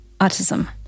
autism